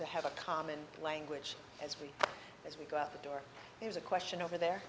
to have a common language as we as we go out the door here's a question over there